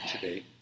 today